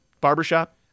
Barbershop